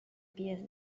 pies